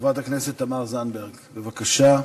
חברת הכנסת תמר זנדברג, בבקשה.